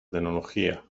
tecnología